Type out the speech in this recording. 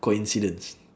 coincidence